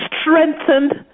strengthened